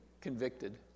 convicted